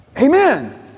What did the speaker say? Amen